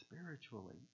Spiritually